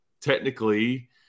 technically